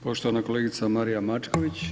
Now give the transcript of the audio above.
Poštovana kolegica Marija Mačković.